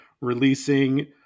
releasing